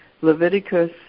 Leviticus